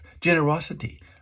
generosity